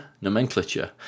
Nomenclature